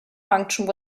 functions